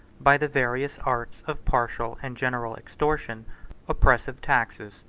by the various arts of partial and general extortion oppressive taxes,